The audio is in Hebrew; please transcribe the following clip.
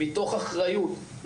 מתוך אחריות,